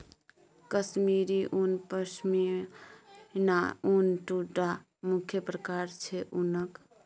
कश्मीरी उन, पश्मिना उन दु टा मुख्य प्रकार छै उनक